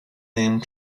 name